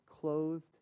clothed